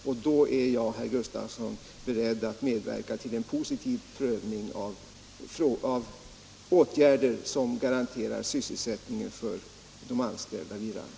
Därefter är jag, herr Gustavsson, beredd att medverka till en positiv prövning av åtgärder som kan säkra sysselsättningen för de anställda vid Rang.